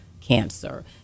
cancer